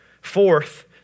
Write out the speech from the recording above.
Fourth